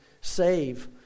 save